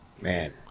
man